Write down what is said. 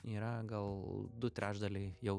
yra gal du trečdaliai jau